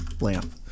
lamp